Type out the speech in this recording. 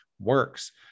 works